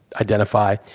identify